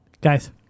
Guys